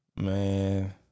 Man